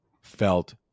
felt